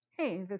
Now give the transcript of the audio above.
Hey